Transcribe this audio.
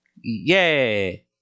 Yay